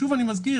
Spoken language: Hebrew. שוב, אני מזכיר